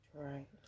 Right